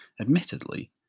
admittedly